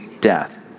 death